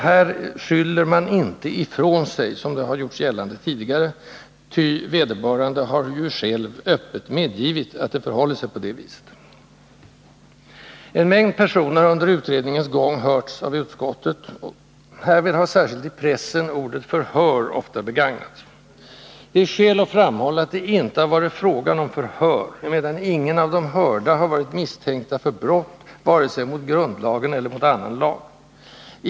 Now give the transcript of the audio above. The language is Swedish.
Här skyller man inte ifrån sig, som det har gjorts gällande tidigare, ty vederbörande har ju själv öppet medgivit att det förhåller sig på det viset. En mängd personer har under utredningens gång hörts av utskottet. Härvid har, särskilt i pressen, ordet ”förhör” ofta begagnats. Det är skäl att framhålla att det inte har varit fråga om ”förhör”, emedan ingen av de hörda har varit misstänkt för brott, vare sig mot grundlagen eller mot annan lag.